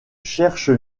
cherche